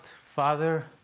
Father